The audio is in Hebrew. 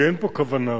כי אין פה כוונה רעה.